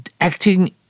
acting